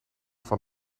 van